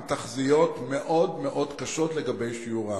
עם תחזיות מאוד מאוד קשות לגבי שיעורה.